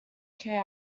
care